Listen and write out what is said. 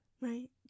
Right